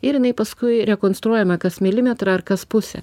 ir jinai paskui rekonstruojama kas milimetrą ar kas pusę